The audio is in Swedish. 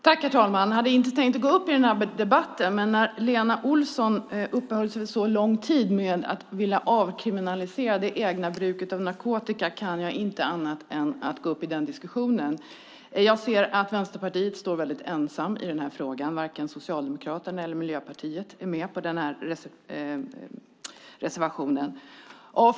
Herr talman! Jag hade inte tänkt gå upp i den här debatten. Men eftersom Lena Olsson uppehöll sig så länge vid detta med att vilja avkriminalisera eget bruk av narkotika kan jag inte annat än gå in i diskussionen. Jag ser att Vänsterpartiet är väldigt ensamt i frågan. Varken Socialdemokraterna eller Miljöpartiet är med på reservationen från v.